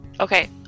Okay